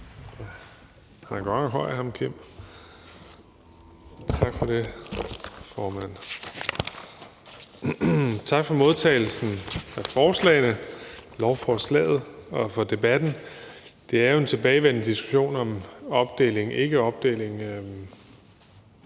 Tak for modtagelsen af lovforslaget og for debatten. Der er jo en tilbagevendende diskussion om opdeling eller ikke opdeling.